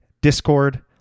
Discord